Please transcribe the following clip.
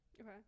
okay